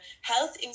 health